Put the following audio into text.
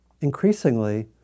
increasingly